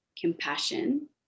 compassion